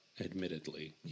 admittedly